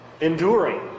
Enduring